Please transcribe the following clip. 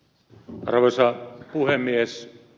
arvoisa puhemies